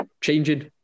changing